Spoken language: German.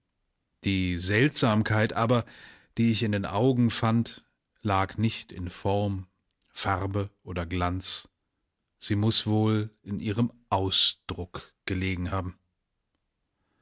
die seltsamkeit aber die ich in den augen fand lag nicht in form farbe oder glanz sie muß wohl in ihrem ausdruck gelegen haben